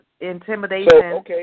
intimidation